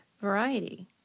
variety